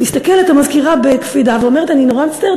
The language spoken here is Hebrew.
מסתכלת המזכירה בקפידה ואומרת: אני נורא מצטערת,